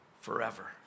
forever